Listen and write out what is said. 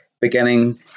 beginning